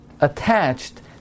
attached